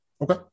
Okay